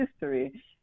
history